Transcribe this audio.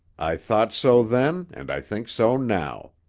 i thought so then and i think so now.